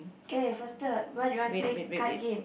k faster what you want play card game